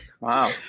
Wow